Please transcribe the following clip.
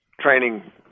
training